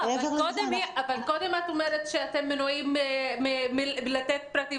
קודם את אומרת שאתם מנועים מלתת פרטים,